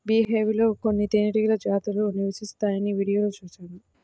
beehive లో కొన్ని తేనెటీగ జాతులు నివసిస్తాయని వీడియోలో చూశాను